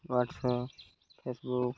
what's app Facebook